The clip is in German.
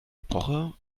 epoche